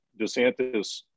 DeSantis